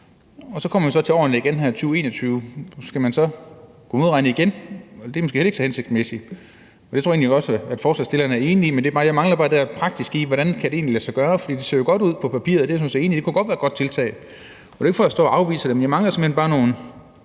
Så kommer man så til årene 2020 og 2021 – skal man så kunne modregne igen? Det er måske heller ikke så hensigtsmæssigt. Det tror egentlig også at forslagsstillerne er enige i, men jeg mangler bare det her praktiske, altså hvordan det egentlig kan lade sig gøre. For det ser jo godt ud på papiret, og jeg er sådan set enig i, at det kunne være et godt tiltag. Det er ikke for at stå og afvise forslaget, men jeg mangler simpelt hen bare nogle